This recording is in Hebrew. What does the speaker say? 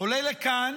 עולה לכאן